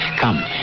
Come